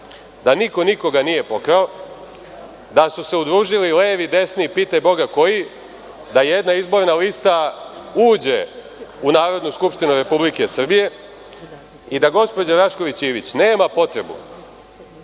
da niko nikoga nije pokrao, da su se udružili levi, desni, pitaj Boga koji, da jedna izborna lista uđe u Skupštinu Republike Srbije i da gospođa Rašković-Ivić nema potrebu,